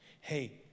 hey